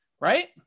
right